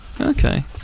Okay